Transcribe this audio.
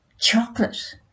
Chocolate